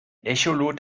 echolot